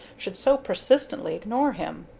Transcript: should so persistently ignore him.